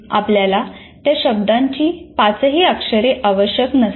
आपल्याला त्या शब्दाची पाचही अक्षरे आवश्यक नसतात